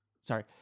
Sorry